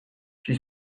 she